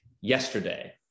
yesterday